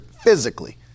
physically